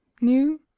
new